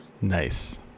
Nice